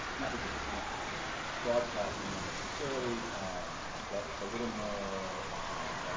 not because i can't broadcast from there necessarily but it's a little more of a challenge.